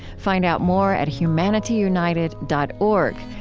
find out more at humanityunited dot org,